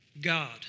God